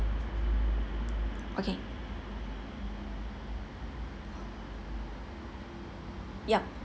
okay ya